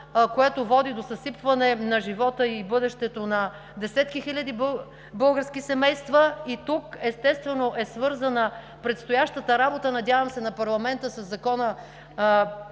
което води до съсипване на живота и бъдещето на десетки хиляди български семейства. И тук, естествено, е свързана предстоящата работа на парламента по Закона